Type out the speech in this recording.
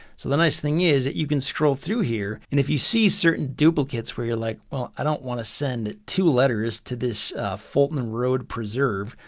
so the nice thing is that you can scroll through here and if you see certain duplicates where you're like, well, i don't want to send two letters to this, fulton and road preserve,